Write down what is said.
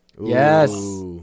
yes